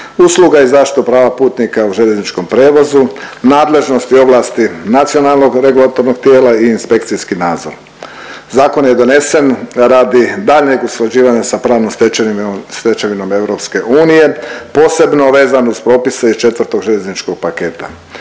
usluga i zaštitu prava putnika u željezničkom prijevozu, nadležnosti i ovlasti nacionalnog regulatornog tijela i inspekciji nadzor. Zakon je donesen radi daljnjeg usklađivanja sa pravnom stečevinom, stečevinom EU posebno vezan uz propise iz 4. željezničkog paketa.